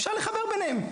אפשר לחבר ביניהם,